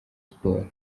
sport